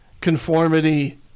Conformity